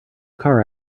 car